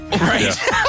Right